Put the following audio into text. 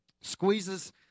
Squeezes